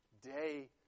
day